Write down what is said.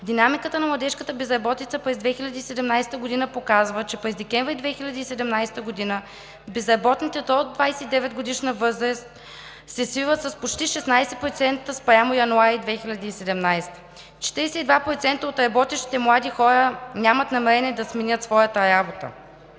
Динамиката на младежката безработица през 2017 г. показва, че през декември 2017 г. безработните до 29-годишна възраст се свиват с почти 16% спрямо януари 2017 г. Четиридесет и два процента от работещите млади хора нямат намерение да сменят своята работа.